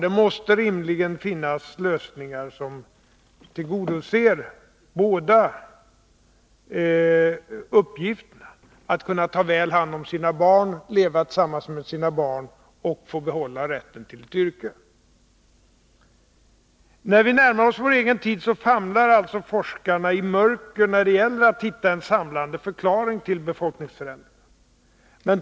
Det måste rimligen finnas lösningar som tillgodoser både önskemålen om att kunna väl ta hand om sina barn och leva tillsammans med dessa och om att få behålla rätten till ett yrke. När vi närmar oss vår tid hamnar alltså forskarna i mörker när det gäller att hitta en övergripande förklaring till befolkningsförändringar.